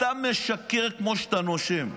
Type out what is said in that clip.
אתה משקר כמו שאתה נושם.